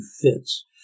fits